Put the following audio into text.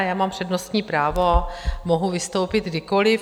Já mám přednostní právo, mohu vystoupit kdykoli.